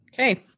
Okay